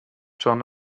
john